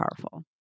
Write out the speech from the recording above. powerful